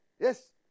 Yes